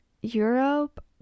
europe